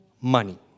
money